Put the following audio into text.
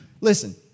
Listen